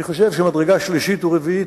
אני חושב שמדרגה שלישית או רביעית